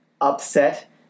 upset